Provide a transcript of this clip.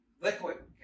Liquid